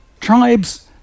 tribes